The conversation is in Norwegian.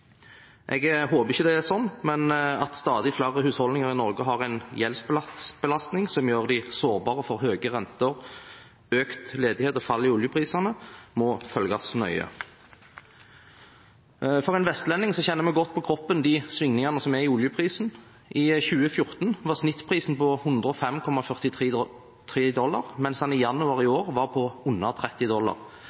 Jeg håper ikke at det er slik, men det at stadig flere husholdninger i Norge har en gjeldsbelastning som gjør dem sårbare for høye renter, økt ledighet og fall i oljeprisene, må følges nøye. Som vestlending kjenner en svingningene i oljeprisen godt på kroppen. I 2014 var snittprisen på 105,43 dollar, mens den i januar i år var på under 30 dollar.